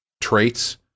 traits